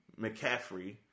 McCaffrey